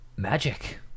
Magic